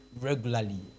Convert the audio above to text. regularly